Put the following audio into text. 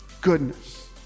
goodness